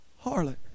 harlot